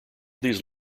these